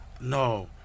No